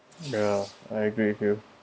ya I agree with you